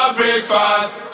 breakfast